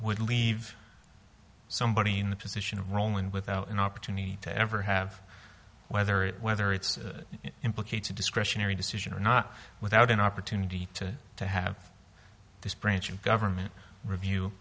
would leave somebody in the position of rolling without an opportunity to ever have whether it whether it's implicates a discretionary decision or not without an opportunity to to have this branch of government review